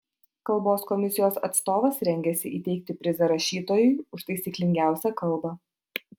kalbos komisijos atstovas rengiasi įteikti prizą rašytojui už taisyklingiausią kalbą